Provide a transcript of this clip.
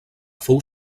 fou